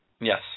Yes